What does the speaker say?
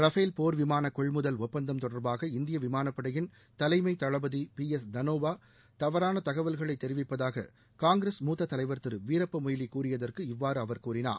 Rafale போ்விமான கொள்முதல் ஒப்பந்தம் தொடா்பாக இந்திய விமானப்படையின் தலைமை தளபதி பி எஸ் தனோவா தவறான தகவல்களை தெரிவிப்பதாக காங்கிரஸ் மூத்தத் தலைவா் திரு வீரப்ப மொய்லி கூறியதற்கு இவ்வாறு அவர் கூறினார்